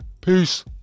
Peace